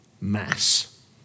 mass